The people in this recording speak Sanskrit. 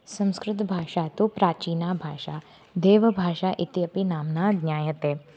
संस्कृतभाषा तु प्राचीना भाषा देवभाषा इति अपि नाम्ना ज्ञायते